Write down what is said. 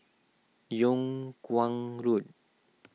Yung Kuang Road